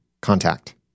contact